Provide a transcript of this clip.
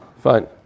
Fine